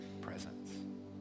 presence